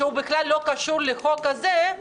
שבכלל לא קשור לחוק הזה,